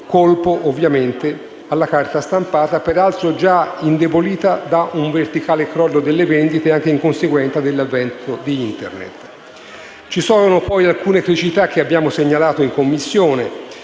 colpo alla carta stampata, peraltro già indebolita da un verticale crollo delle vendite anche in conseguenza dell'avvento di Internet. Ci sono poi alcune criticità che abbiamo segnalato in Commissione,